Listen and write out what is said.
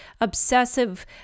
obsessive